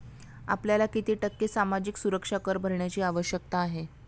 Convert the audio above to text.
आपल्याला किती टक्के सामाजिक सुरक्षा कर भरण्याची आवश्यकता आहे?